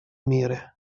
мире